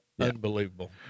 unbelievable